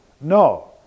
No